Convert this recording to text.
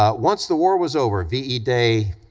ah once the war was over, v e. day,